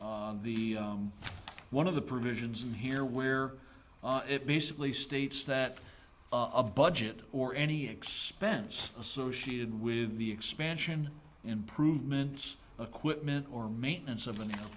through one of the provisions in here where it basically states that a budget or any expense associated with the expansion improvements equipment or maintenance of a